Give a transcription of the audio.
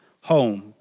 home